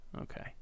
Okay